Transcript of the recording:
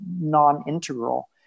non-integral